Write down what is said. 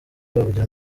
rwabugili